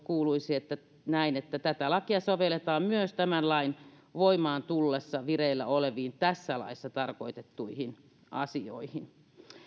kuuluisi näin tätä lakia sovelletaan myös tämän lain voimaan tullessa vireillä oleviin tässä laissa tarkoitettuihin asioihin